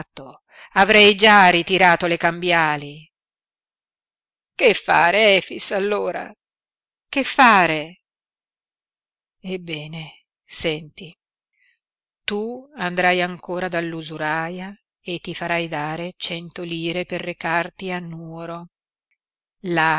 avrei già ritirato le cambiali che fare efix allora che fare ebbene senti tu andrai ancora dall'usuraia e ti farai dare cento lire per recarti a nuoro là